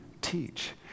teach